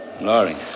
Loring